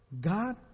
God